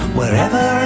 Wherever